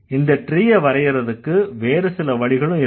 இந்த ட்ரீயை வரையறதுக்கு வேறு சில வழிகளும் இருக்கு